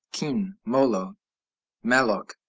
king molo maloc.